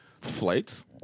flights